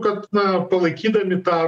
kad na palaikydami tą